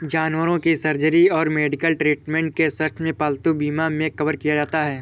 जानवरों की सर्जरी और मेडिकल ट्रीटमेंट के सर्च में पालतू बीमा मे कवर किया जाता है